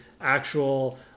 actual